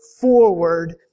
forward